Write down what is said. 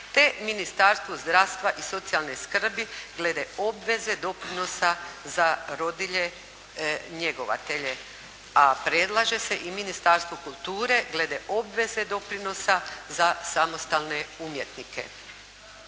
te Ministarstvo zdravstva i socijalne skrbi glede obveze doprinosa za rodilje, njegovatelje a predlaže se i Ministarstvu kulture glede obveze doprinosa za samostalne umjetnike.